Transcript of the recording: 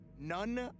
none